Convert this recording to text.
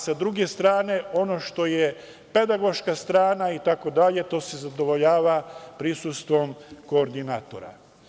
Sa druge strane, ono što je pedagoška strana itd, to se zadovoljava prisustvom koordinatora.